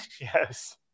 Yes